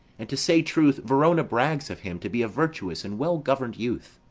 and, to say truth, verona brags of him to be a virtuous and well-govern'd youth.